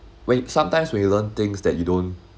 wait sometimes we learn things that you don't